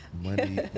Money